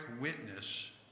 witness